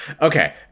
Okay